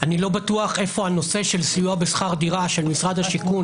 אני לא בטוח איפה הנושא של סיוע בשכר דירה של משרד השיכון